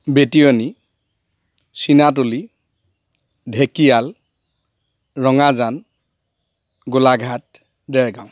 Betioni Chinatoli Dhekial Rangajan Golaghat Dergaon